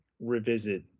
revisit